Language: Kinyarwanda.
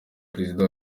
perezida